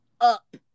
up